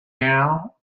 now